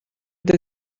they